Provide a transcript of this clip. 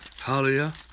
Hallelujah